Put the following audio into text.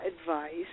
advice